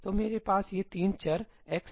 तो मेरे पास ये 3 चर x y z हैं